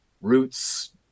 Roots